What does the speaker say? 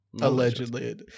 Allegedly